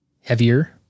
heavier